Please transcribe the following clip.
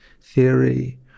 theory